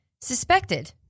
suspected